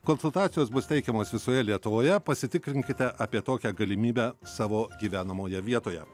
konsultacijos bus teikiamos visoje lietuvoje pasitikrinkite apie tokią galimybę savo gyvenamoje vietoje